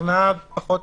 החסם שזיהינו בוועדה,